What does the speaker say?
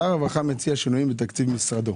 שר הרווחה מציע שינויים בתקציב משרדו.